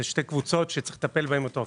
זה שתי קבוצות שיש לטפל בהן רטרואקטיבית.